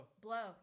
Blow